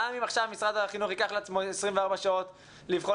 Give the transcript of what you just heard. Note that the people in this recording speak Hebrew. גם אם עכשיו משרד החינוך ייקח לעצמו 24 שעות לבחון